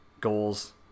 Goals